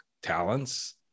talents